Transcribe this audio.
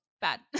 bad